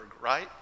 right